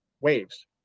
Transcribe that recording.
waves